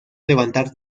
levantar